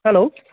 hello